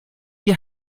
die